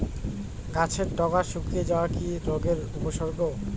গাছের ডগা শুকিয়ে যাওয়া কি রোগের উপসর্গ?